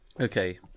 Okay